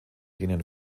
denen